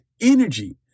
energy